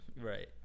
Right